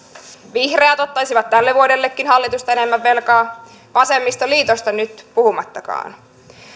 vihreät ottaisivat tälle vuodellekin hallitusta enemmän velkaa vasemmistoliitosta nyt puhumattakaan